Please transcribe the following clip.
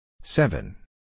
Seven